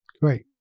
great